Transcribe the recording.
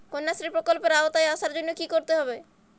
কন্যাশ্রী প্রকল্পের আওতায় আসার জন্য কী করতে হবে?